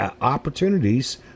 opportunities